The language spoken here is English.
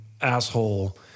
asshole